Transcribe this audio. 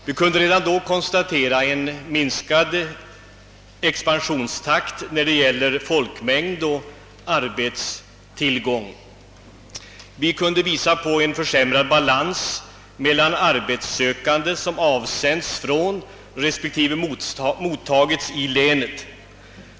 Vi kunde konstatera en minskad expansionstakt i fråga om folkmängd och arbetstillgång, och vi visade på en försämrad balans beträffande arbetssökande som avflyttat från respektive mottagits i länet.